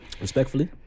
Respectfully